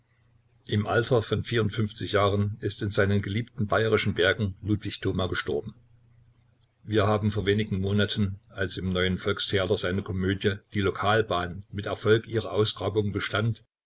im alter von jahren ist in seinen geliebten bayerischen bergen ludwig thoma gestorben wir haben vor wenigen monaten als im neuen volkstheater seine komödie die lokalbahn mit erfolg ihre ausgrabung bestand